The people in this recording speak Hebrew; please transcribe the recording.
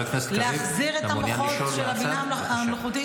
להחזיר את המוחות של הבינה המלאכותית,